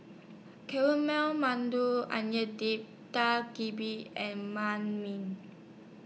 Onion Dip Dak and MI